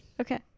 Okay